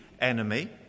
enemy